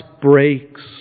breaks